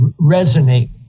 resonate